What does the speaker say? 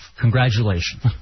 Congratulations